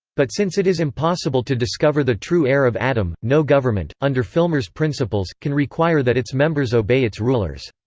but since it is impossible to discover the true heir of adam, no government, under filmer's principles, can require that its members obey its rulers.